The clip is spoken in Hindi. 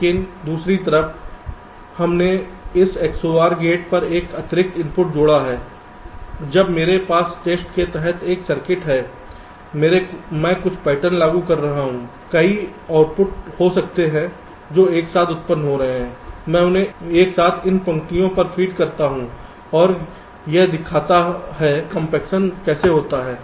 लेकिन दूसरी तरफ हमने इस XOR गेट्स का एक अतिरिक्त इनपुट जोड़ा है जब मेरे पास टेस्ट के तहत एक सर्किट है मैं कुछ पैटर्न लागू कर रहा हूं कई आउटपुट हो सकते हैं जो एक साथ उत्पन्न हो रहे हैं मैं उन्हें एक साथ इन पंक्तियों पर फ़ीड करता हूं और यह दिखाता है कि कैसे कॉम्पेक्शन कैसे होता है